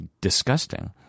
disgusting